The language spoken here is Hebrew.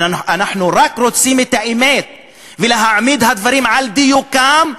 אנחנו רק רוצים את האמת ולהעמיד הדברים על דיוקם,